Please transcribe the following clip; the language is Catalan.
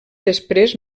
després